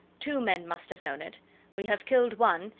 two men must have known it we have killed one,